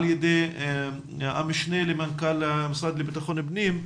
ידי המשנה למנכ"ל המשרד לביטחון פנים,